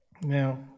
Now